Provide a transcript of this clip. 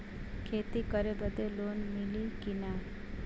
खेती करे बदे लोन मिली कि ना?